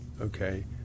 okay